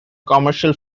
commercial